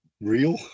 real